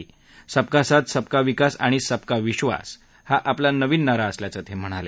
सबका साथ सबका विकास आणि सबका विक्वास हा आपला नवीन नारा असल्याचं ते म्हणाले